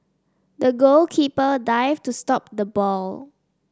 the goalkeeper dived to stop the ball